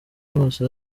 bose